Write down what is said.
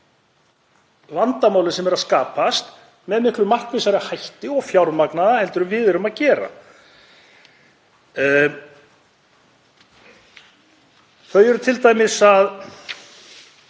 vandamálin sem eru að skapast með miklu markvissari hætti, og fjármagna það, heldur en við erum að gera. Þau eru t.d. að